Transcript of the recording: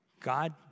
God